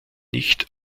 nicht